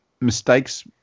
mistakes